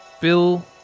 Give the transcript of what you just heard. Bill